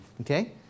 Okay